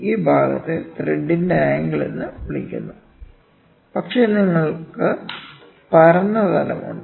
ഈ ഭാഗത്തെ ത്രെഡിന്റെ ആംഗിൾ എന്ന് വിളിക്കുന്നു പക്ഷേ നിങ്ങൾക്ക് പരന്ന തലം ഉണ്ട്